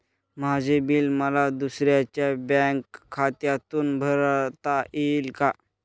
माझे बिल मला दुसऱ्यांच्या बँक खात्यातून भरता येईल का?